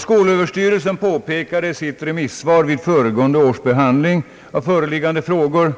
Skolöverstyrelsen påpekade i sitt remissvar vid föregående års behandling av föreliggande frågor,